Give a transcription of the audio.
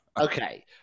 okay